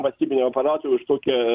valstybiniam aparatui už tokią